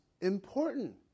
important